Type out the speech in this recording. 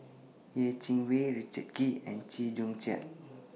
Yeh Chi Wei Richard Kee and Chew Joo Chiat